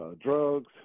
drugs